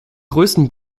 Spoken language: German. größten